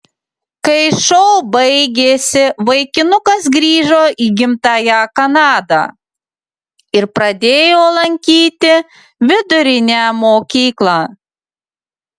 kai šou baigėsi vaikinukas grįžo į gimtąją kanadą ir pradėjo lankyti vidurinę mokyklą